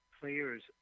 players